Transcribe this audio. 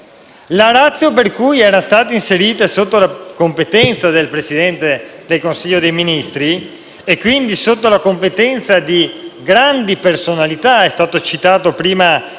La *ratio* per cui era stata inserita sotto la competenza del Presidente del Consiglio dei ministri, e quindi di grandi personalità - è stato citato prima